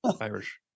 Irish